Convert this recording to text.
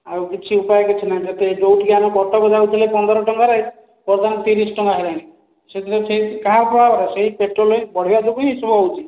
ଆଉ କିଛି ଉପାୟ କିଛି ନାହିଁ ଯେଉଁଠିକି ଆମେ କଟକ ଯାଉଥିଲେ ପନ୍ଦର ଟଙ୍କାରେ ବର୍ତ୍ତମାନ ତିରିଶ ଟଙ୍କା ହେଲାଣି କାହାଫଳରେ ସେହି ପେଟ୍ରୋଲ ରେଟ୍ ବଢ଼ିବା ଯୋଗୁଁ ଏହିସବୁ ହେଉଛି